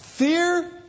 Fear